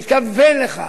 ומתכוון לכך,